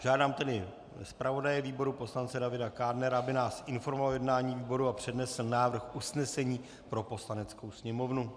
Žádám tedy zpravodaje výboru poslance Davida Kádnera, aby nás informoval o jednání výboru a přednesl návrh usnesení pro Poslaneckou sněmovnu.